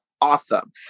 awesome